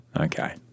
Okay